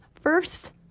first